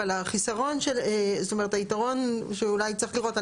אבל החיסרון, זאת אומרת, היתרון שאולי צריך לראות.